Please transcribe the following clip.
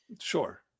Sure